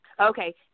Okay